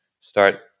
start